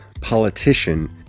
politician